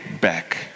back